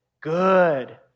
good